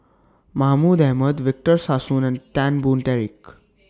Mahmud Ahmad Victor Sassoon and Tan Boon Teik